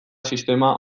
sistema